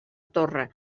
torre